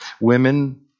Women